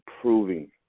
proving